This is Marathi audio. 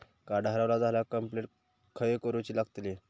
कार्ड हरवला झाल्या कंप्लेंट खय करूची लागतली?